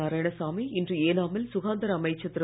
நாராயணசாமி இன்று ஏனாமில் சுகாதார அமைச்சர் திரு